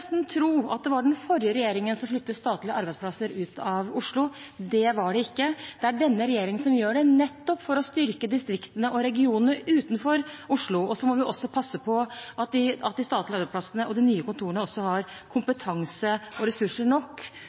tro at det var den forrige regjeringen som flyttet statlige arbeidsplasser ut av Oslo. Det var det ikke; det er denne regjeringen som gjør det, nettopp for å styrke distriktene og regionene utenfor Oslo. Så må vi passe på at de statlige arbeidsplassene og de nye kontorene også har kompetanse og ressurser nok